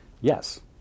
Yes